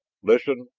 listen,